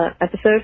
episode